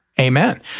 Amen